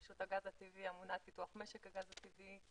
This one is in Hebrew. רשות הגז הטבעי אמונה על פיתוח משק הגז הטבעי.